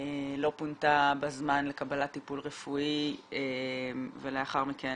ולא פונתה בזמן לקבלת טיפול רפואי ולאחר מכן